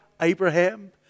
Abraham